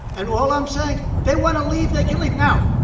and all i'm saying they want to leave, they can leave. now,